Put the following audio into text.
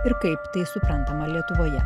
ir kaip tai suprantama lietuvoje